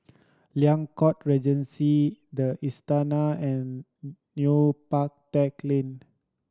Liang Court Regency The Istana and Neo Park Teck Lane